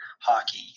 Hockey